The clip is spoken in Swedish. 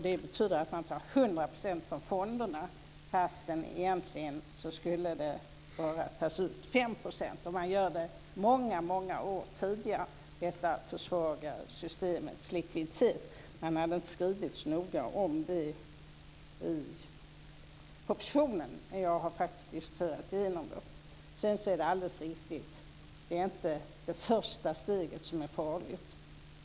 Det betyder att man tar 100 % av fonderna fastän det egentligen bara skulle tas ut 5 %. Man gör det många år tidigare. Detta försvagar systemets likviditet. Man har inte skrivit så noga om det i propositionen, men jag har faktiskt diskuterat igenom det. Sedan är det alldeles riktigt att det inte är det första steget som är farligt.